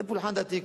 זה פולחן דתי,